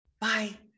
Bye